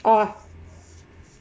ah